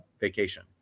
vacation